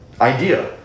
idea